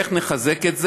איך נחזק את זה?